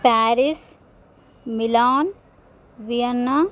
Paris Milan Vienna